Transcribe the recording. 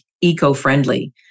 eco-friendly